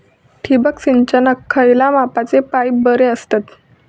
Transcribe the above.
ठिबक सिंचनाक खयल्या मापाचे पाईप बरे असतत?